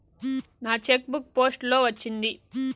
నా cheque book post లో వచ్చింది